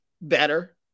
better